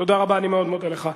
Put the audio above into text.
תודה רבה, אני מאוד מודה לך.